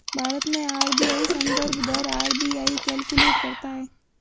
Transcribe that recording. भारत में आर.बी.आई संदर्भ दर आर.बी.आई कैलकुलेट करता है